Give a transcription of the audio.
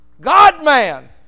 God-man